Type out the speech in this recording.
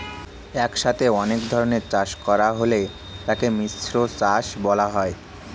একসাথে অনেক ধরনের চাষ করা হলে তাকে মিশ্র চাষ বলা হয়